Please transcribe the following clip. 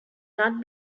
not